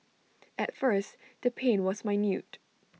at first the pain was minute